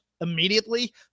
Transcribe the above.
immediately